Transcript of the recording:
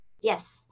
yes